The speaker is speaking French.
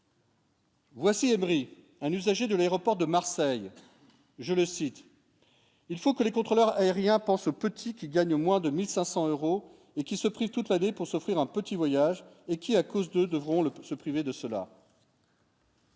Voici Evry un usager de l'aéroport de Marseille, je le cite : il faut que les contrôleurs aériens pense ce petit qui gagnent moins de 1500 euros et qui se prix toute l'année pour s'offrir un petit voyage et qui à cause de devront le se priver de cela.